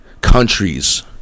countries